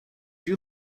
you